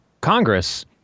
Congress